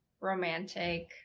romantic